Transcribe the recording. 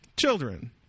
Children